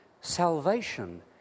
salvation